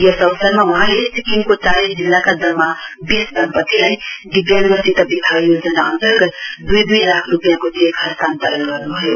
यस अवसरमा वहाँले सिक्किमको चारै जिल्लाका जम्मा वीस दम्पतीलाई दिब्याङ्गसित विवाह योजना अन्तर्गत दुई दुई लाख रुपियाँको चेक हस्तान्तरण गर्न्भयो